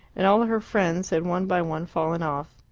and all her friends had one by one fallen off.